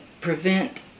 prevent